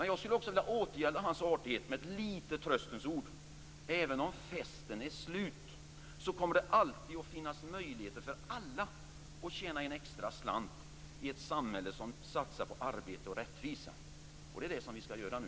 Jag skulle också vilja återgälda hans artighet med några tröstens ord. Även om festen är slut kommer det alltid att finnas möjligheter för alla att tjäna en extra slant i ett samhälle som satsar på arbete och rättvisa. Det är det som vi skall göra nu.